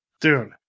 dude